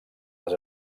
les